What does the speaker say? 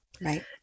Right